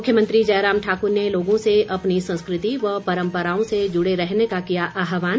मुख्यमंत्री जयराम ठाकुर ने लोगों से अपनी संस्कृति व परम्पराओं से जूड़े रहने का किया आहवान